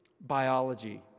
biology